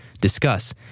discuss